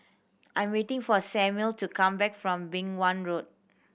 I'm waiting for Samuel to come back from Beng Wan Road